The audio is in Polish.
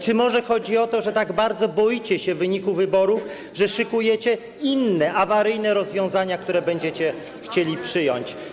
Czy może chodzi o to, że tak bardzo boicie się wyniku wyborów, że szykujecie inne awaryjne rozwiązania, które będziecie chcieli przyjąć?